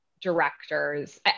directors